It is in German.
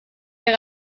ihre